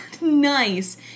nice